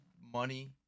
money